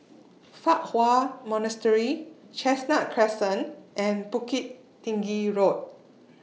Fa Hua Monastery Chestnut Crescent and Bukit Tinggi Road